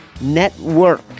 Network